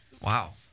Wow